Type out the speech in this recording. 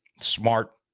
smart